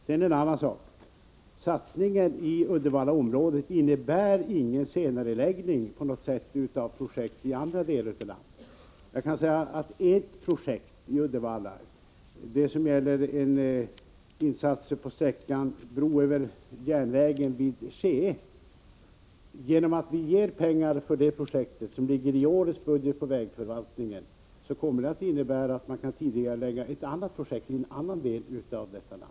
Sedan en annan sak: Satsningen i Uddevallaområdet innebär ingen senareläggning på något sätt av projekt i andra delar av landet. Ett projekt i Uddevalla gäller bro över järnvägen vid Skee. Att vi ger pengar för det projektet, som tas upp i årets budget för vägförvaltningen, kommer att innebära att man kan tidigarelägga ett annat projekt i en annan del av detta land.